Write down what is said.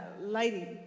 lady